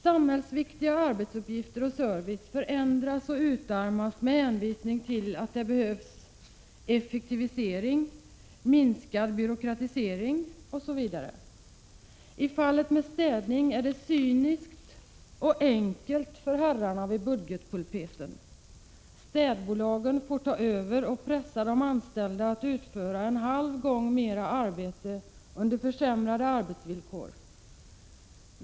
Samhällsviktiga arbetsuppgifter och samhällsviktig service förändras och utarmas med hänvisning till att det behövs ”effektivisering”, ”minskad byråkratisering” osv. I fallet med städning är det cyniskt enkelt för herrarna vid budgetpulpeten: städbolagen får ta över och pressa de anställda att utföra en halv gång mera arbete under försämrade arbetsvillkor.